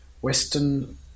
Western